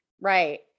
Right